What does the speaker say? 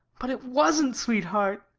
but it wasn't, sweetheart.